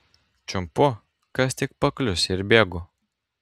čiumpu kas tik paklius ir bėgu